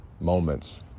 Moments